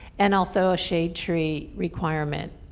and also a shade tree requirement.